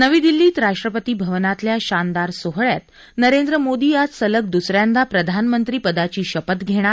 नवी दिल्लीत राष्ट्रपती भवनातल्या शानदार सोहळ्यात नरेंद्र मोदी आज सलग द्स यांदा प्रधानमंत्री पदाची शपथ घेणार